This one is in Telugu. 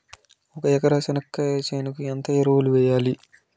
ఒక ఎకరా చెనక్కాయ చేనుకు ఎంత ఎరువులు వెయ్యాలి?